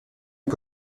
est